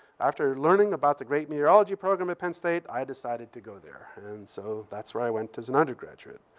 after learning about the great meteorology program at penn state, i decided to go there. and so that's where i went as an undergraduate.